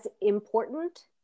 important